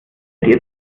ihr